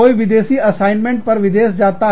कोई विदेशी असाइनमेंट पर विदेश जाता है